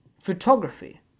photography